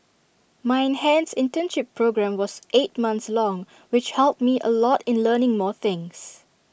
my enhanced internship programme was eight months long which helped me A lot in learning more things